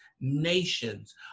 nations